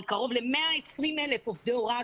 על קרוב ל-120,000 עובדי הוראה,